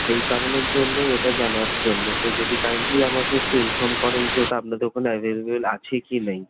সেই কারণের জন্যই ওটা জানার জন্য তো যদি কাইন্ডলি আমাকে একটু ইনফর্ম করেন যে ওটা আপনাদের ওখানে অ্যাভেলেবেল আছে কি নেই